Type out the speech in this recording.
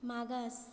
मागास